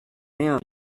rien